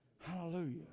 Hallelujah